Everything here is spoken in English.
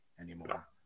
anymore